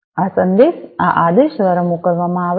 આ સંદેશ આ આદેશ દ્વારા મોકલવામાં આવે છે